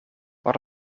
wat